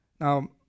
Now